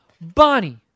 Bonnie